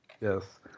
yes